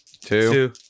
two